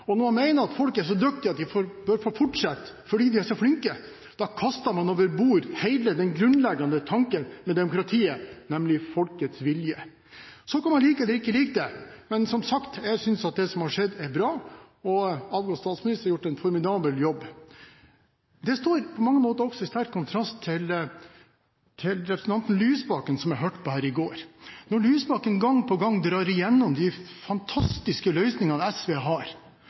Når man mener at folk er så dyktige at de bør få fortsette – fordi de er så flinke – kaster man over bord hele den grunnleggende tanken med demokratiet, nemlig folkets vilje. Så kan man like eller ikke like det. Som sagt synes jeg det som har skjedd, er bra, og den avgåtte statsministeren har gjort en formidabel jobb. Det står på mange måter også i sterk kontrast til representanten Lysbakkens innlegg som jeg hørte på i går. Når Lysbakken gang på gang drar gjennom de fantastiske løsningene SV har,